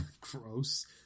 gross